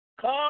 come